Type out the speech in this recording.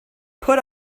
put